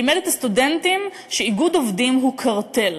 לימד את הסטודנטים שאיגוד עובדים הוא קרטל.